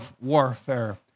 warfare